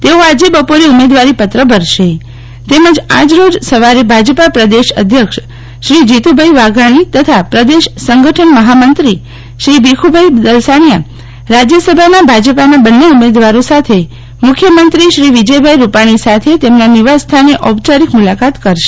તેઓ આજે સવારે ઉમેદવારી પત્ર ભરશે તેમજ આજ રોજસવારે ભાજપા પ્રદેશ અધ્યક્ષ શ્રી જીતુભાઈ વાઘાણી તથા પ્રદેશસંગઠન મફામંત્રી શ્રી ભીખુભાઈ ફલસાણીયા રાજ્ય સભાના ભાજપાનાં બને ઉમેદવારો સાથે મુખ્યમંત્રી શ્રી વિજય ભાઈ રૂપાણી સાથે તેમના નિવાસ સ્થાને ઔપચારિક મુલાકાત કરશે